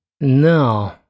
No